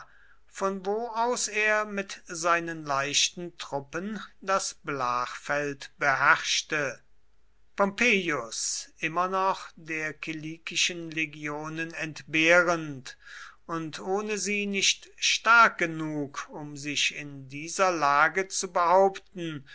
von wo aus er mit seinen leichten truppen das blachfeld beherrschte pompeius immer noch der kilikischen legionen entbehrend und ohne sie nicht stark genug um sich in dieser lage zu behaupten